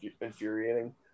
infuriating